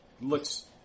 looks